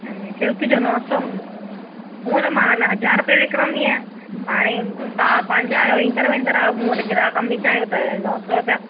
ऐं सिल्क जो नव सौ हूंअं त मां हज़ार रुपिये विकिणंदी आहियां हाणे तव्हां पंहिंजा आहियो ईंदड़ वेंदड़ आहियो मूं वटि ग्राहक हमेशा आहियो त नव सौ रुपिया